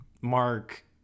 mark